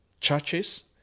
churches